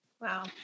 Wow